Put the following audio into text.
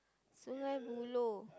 Sungei-Buloh